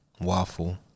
waffle